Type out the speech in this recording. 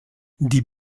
die